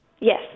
Yes